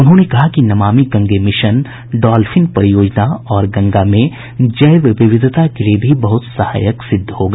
उन्होंने कहा कि नमामि गंगे मिशन डॉल्फिन परियोजना और गंगा में जैव विविधता के लिए भी बहुत सहायक सिद्ध होगा